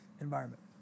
environment